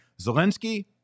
Zelensky